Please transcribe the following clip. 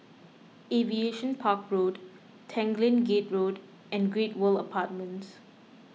Aviation Park Road Tanglin Gate Road and Great World Apartments